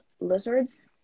lizards